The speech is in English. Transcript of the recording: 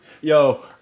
Yo